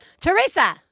Teresa